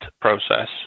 process